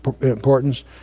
importance